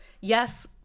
Yes